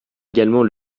également